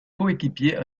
coéquipier